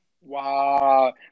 Wow